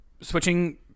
Switching